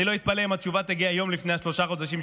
אני לא אתפלא אם התשובה תגיע יום לפני השלושה חודשים,